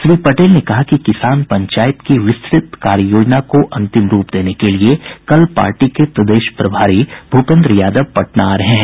श्री पटेल ने कहा कि किसान पंचायत की विस्तृत कार्ययोजना को अंतिम रूप देने के लिये कल पार्टी के प्रदेश प्रभारी भूपेन्द्र यादव पटना आ रहे हैं